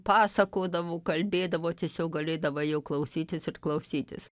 pasakodavo kalbėdavo tiesiog galėdavai jo klausytis ir klausytis